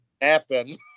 happen